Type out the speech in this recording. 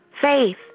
faith